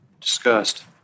discussed